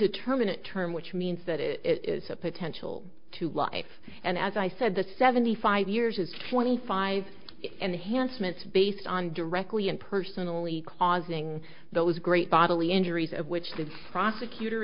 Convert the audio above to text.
indeterminate term which means that it is a potential to life and as i said the seventy five years is twenty five and handsome it's based on directly and personally causing those great bodily injury which the prosecutor